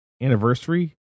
anniversary